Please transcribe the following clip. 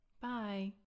Bye